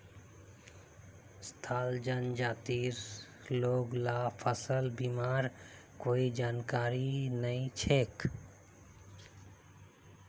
संथाल जनजातिर लोग ला फसल बीमार कोई जानकारी नइ छेक